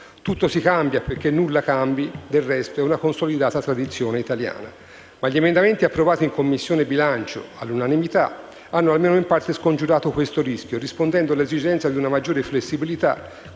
Tutto si cambia perché nulla cambi, del resto, è una consolidata tradizione italiana, ma gli emendamenti approvati in Commissione bilancio all'unanimità hanno almeno in parte scongiurato questo rischio, rispondendo all'esigenza di una maggiore flessibilità